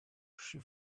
she